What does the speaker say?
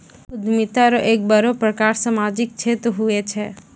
उद्यमिता रो एक बड़ो प्रकार सामाजिक क्षेत्र हुये छै